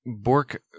Bork